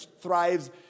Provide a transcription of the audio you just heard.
thrives